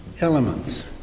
elements